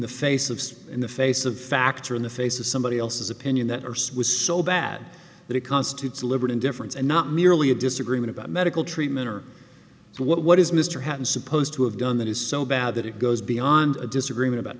the face of in the face of factor in the face of somebody else's opinion that are swiss so bad that it constitutes liberal indifference and not merely a disagreement about medical treatment or what is mr hatton supposed to have done that is so bad that it goes beyond a disagreement about